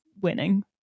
winning